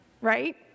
right